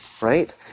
Right